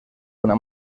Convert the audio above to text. una